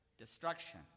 Destruction